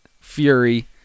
fury